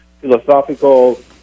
philosophical